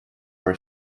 were